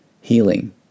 healing